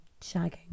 shagging